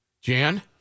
Jan